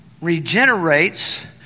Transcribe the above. regenerates